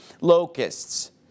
locusts